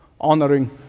honoring